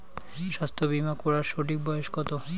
স্বাস্থ্য বীমা করার সঠিক বয়স কত?